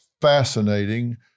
fascinating